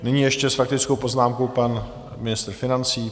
Nyní ještě s faktickou poznámkou pan ministr financí.